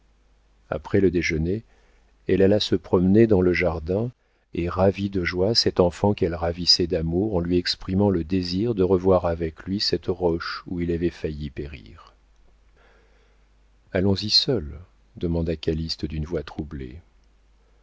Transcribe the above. après le déjeuner elle alla se promener dans le jardin et ravit de joie cet enfant qu'elle ravissait d'amour en lui exprimant le désir de revoir avec lui cette roche où elle avait failli périr allons-y seuls demanda calyste d'une voix troublée